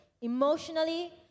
emotionally